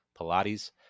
Pilates